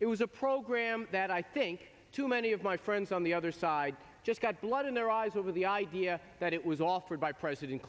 it was a program that i think to many of my friends on the other side just got blood in their eyes over the idea that it was offered by president